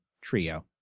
trio